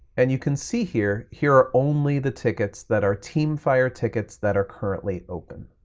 and you can see here, here are only the tickets that are teamfire tickets that are currently open.